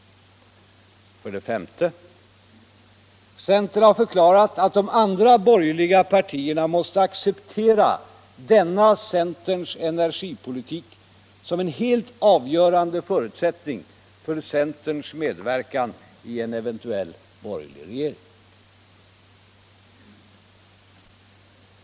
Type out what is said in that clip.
För det femte: Centern har förklarat att de andra borgerliga partierna måste acceptera denna centerns energipolitik som en helt avgörande förutsättning för centerns medverkan i en eventuell borgerlig regering.